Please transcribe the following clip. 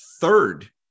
third